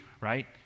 right